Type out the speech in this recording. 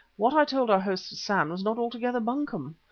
what i told our host, hassan, was not altogether bunkum.